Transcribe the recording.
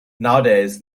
nowadays